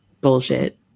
bullshit